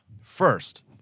first